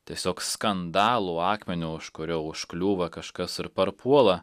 tiesiog skandalų akmeniu už kurio užkliūva kažkas ir parpuola